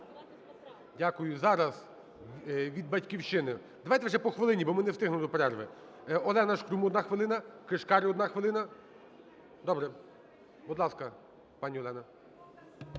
Дякую. Зараз від "Батьківщини"… Давайте вже по хвилині, бо ми не встигнемо до перерви. Олена Шкрум, одна хвилина. Кишкар, одна хвилина. Добре. Будь ласка, пані Олена.